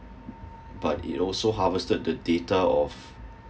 but it also harvested the data of